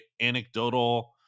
anecdotal